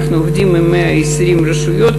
אנחנו עובדים עם 120 רשויות,